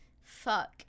fuck